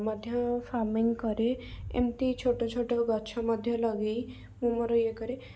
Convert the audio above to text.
ମଧ୍ୟ ଫାରମିଂ କରେ ଏମିତି ଛୋଟଛୋଟ ଗଛ ମଧ୍ୟ ଲଗାଇ ମୁଁ ମୋର ଇଏ କରେ